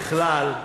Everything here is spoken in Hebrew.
ככלל,